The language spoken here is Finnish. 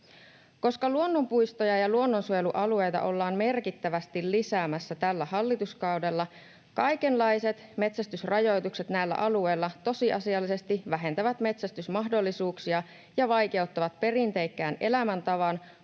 Koska luonnonpuistoja ja luonnonsuojelualueita ollaan merkittävästi lisäämässä tällä hallituskaudella, kaikenlaiset metsästysrajoitukset näillä alueilla tosiasiallisesti vähentävät metsästysmahdollisuuksia ja vaikeuttavat perinteikkään elämäntavan,